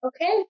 Okay